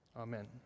amen